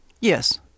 Yes